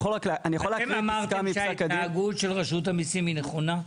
אתם אמרתם שההתנהגות של רשות המסים היא נכונה?